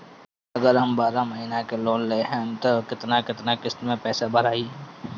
अगर हम बारह महिना के लोन लेहेम त केतना केतना किस्त मे पैसा भराई?